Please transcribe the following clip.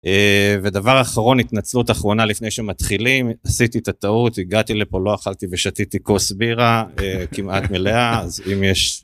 אה... ודבר אחרון, התנצלות אחרונה לפני שמתחילים, עשיתי את הטעות, הגעתי לפה לא אכלתי ושתיתי כוס בירה, אה... כמעט מלאה, אז, אם יש.